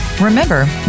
Remember